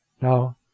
Now